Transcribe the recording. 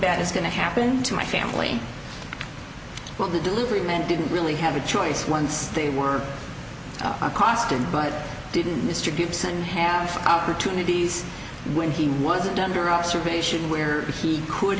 bad is going to happen to my family when the delivery man didn't really have a choice once they were accosted but didn't distributes and have opportunities when he wasn't under observation where he could